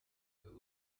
that